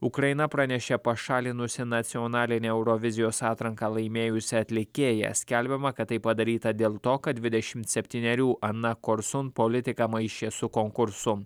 ukraina pranešė pašalinusi nacionalinę eurovizijos atranką laimėjusį atlikėją skelbiama kad tai padaryta dėl to kad dvidešimt septynerių ana korsun politiką maišė su konkursu